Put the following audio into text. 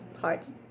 parts